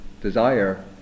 desire